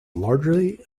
largely